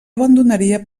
abandonaria